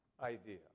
idea